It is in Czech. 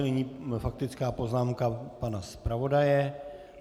Nyní faktická poznámka pana zpravodaje.